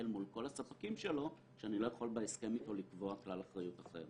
מול כל הספקים שלו שאני לא יכול בהסכם אתו לקבוע כלל אחריות אחר.